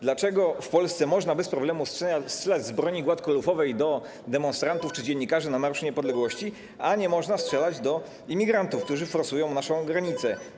Dlaczego w Polsce można bez problemu strzelać z broni gładkolufowej do demonstrantów czy dziennikarzy na Marszu Niepodległości, a nie można strzelać do imigrantów, którzy forsują naszą granicę?